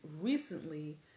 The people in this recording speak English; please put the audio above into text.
recently